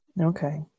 okay